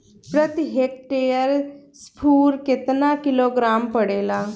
प्रति हेक्टेयर स्फूर केतना किलोग्राम पड़ेला?